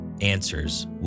Answers